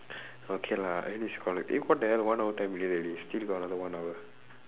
okay lah I think eh what the hell one hour ten minutes already still got another one hour